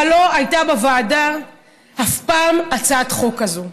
אבל לא הייתה בוועדה אף פעם הצעת חוק כזאת.